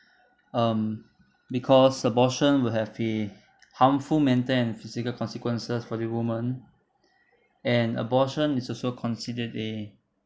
um because abortion will have a harmful mental and physical consequences for the woman and abortion is also considered a